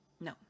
no